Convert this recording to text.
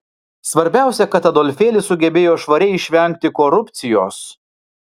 svarbiausia kad adolfėlis sugebėjo švariai išvengti korupcijos